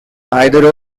either